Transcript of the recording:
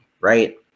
right